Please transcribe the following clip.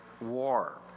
war